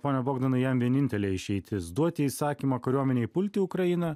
pone bogdanai jam vienintelė išeitis duoti įsakymą kariuomenei pulti ukrainą